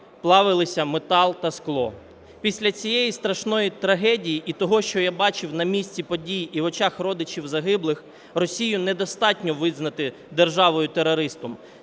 плавилися метал та скло. Після цієї страшної трагедії і того, що я бачив на місці подій і в очах родичів загиблих, Росію недостатньо визнати державою-терористом.